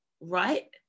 right